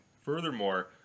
furthermore